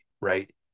right